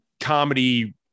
comedy